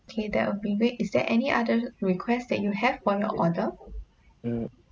okay that'll be great is there any other request that you have for your order